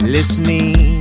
Listening